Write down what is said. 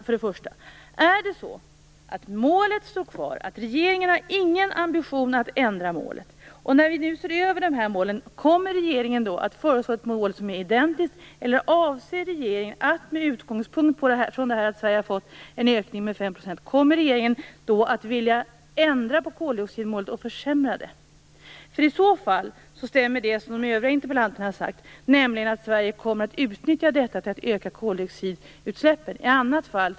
Kommer regeringen, när vi nu ser över dessa mål, att föreslå ett mål som är identiskt med det gamla? Eller kommer regeringen att vilja ändra koldioxidmålet och försämra det, med utgångspunkt från att Sverige har fått en ökning på 5 %? I sådana fall stämmer det som de övriga interpellanterna har sagt, nämligen att Sverige kommer att utnyttja detta till att öka koldioxidutsläppen.